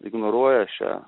ignoruoja šią